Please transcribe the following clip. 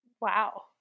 Wow